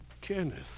Kenneth